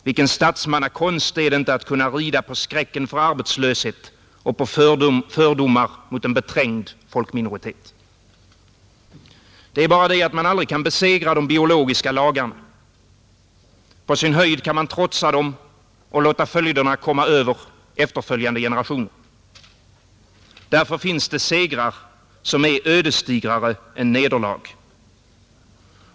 Vilken statsmannakonst är det inte att kunna rida på skräcken för arbetslöshet och på fördomar mot en beträngd folkminoritet. Det är bara det att man aldrig kan besegra de biologiska lagarna. På sin höjd kan man trotsa dem och låta följderna komma över efterföljande generationer. Därför finns det segrar som är ödesdigrare än nederlag.